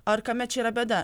ar kame čia yra bėda